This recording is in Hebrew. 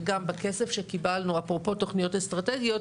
לדעתי: אפרופו תכניות אסטרטגיות,